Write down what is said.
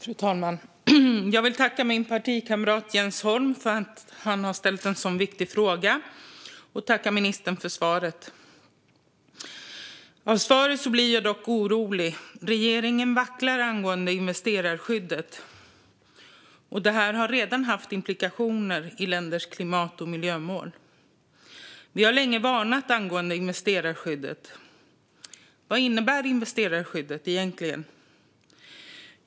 Fru talman! Jag vill tacka min partikamrat Jens Holm för att han har ställt denna viktiga fråga. Jag vill också tacka ministern för svaret. Av svaret blir jag dock orolig. Regeringen vacklar angående investerarskyddet. Det har redan haft implikationer i länders klimat och miljömål. Vi har länge varnat angående investerarskyddet. Vad innebär investerarskyddet egentligen?